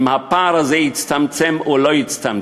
אם הפער הזה יצטמצם או לא יצטמצם.